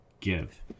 give